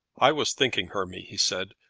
i was thinking, hermy, he said,